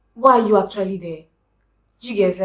why are you actually there? do you get? like?